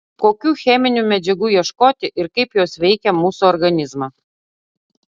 kokių cheminių medžiagų ieškoti ir kaip jos veikia mūsų organizmą